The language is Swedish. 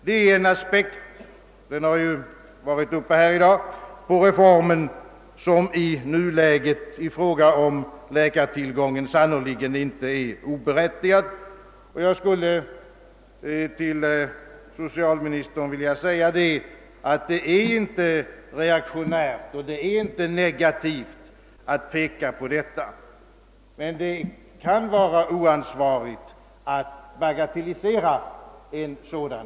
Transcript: Detta är en aspekt — den har tidigare i dag berörts här i kammaren — på reformen, som i nulägets läkartillgång sannerligen inte är oberättigad. Jag skulle till socialministern vilja säga att det inte är reaktionärt eller negativt att peka på denna risk. Men det kan vara oansvarigt att bagatellisera den.